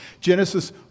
Genesis